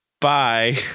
bye